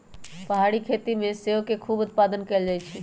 पहारी खेती में सेओ के खूब उत्पादन कएल जाइ छइ